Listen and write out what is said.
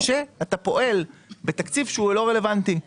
כשאתה פועל בתקציב שהוא לא רלוונטי.